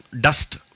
dust